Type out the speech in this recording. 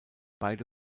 beide